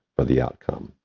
but the outcome,